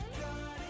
God